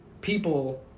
people